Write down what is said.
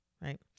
right